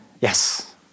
yes